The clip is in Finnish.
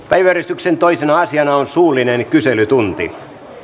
päiväjärjestyksen toisena asiana on suullinen kyselytunti